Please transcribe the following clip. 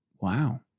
Wow